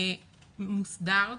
הסתגלות מוסדר.